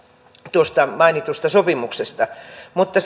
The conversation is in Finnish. tuosta mainitusta sopimuksesta mutta